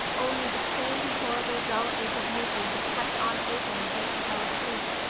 only the same horrible dull ache of misery that kept on aching until she fell asleep,